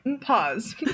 pause